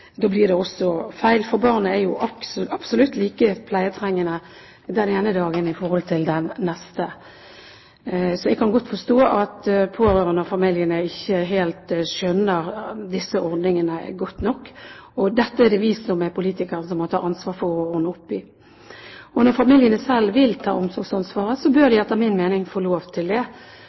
Da blir det også feil, for barnet er jo absolutt like pleietrengende den ene dagen som den neste. Så jeg kan godt forstå at pårørende og familiene ikke helt skjønner disse ordningene godt nok. Dette er det vi som er politikere som må ta ansvar for å ordne opp i. Når familier selv vil ta omsorgsansvaret, bør de etter min mening få lov til det.